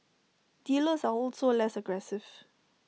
dealers are also less aggressive